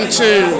two